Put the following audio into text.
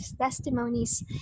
testimonies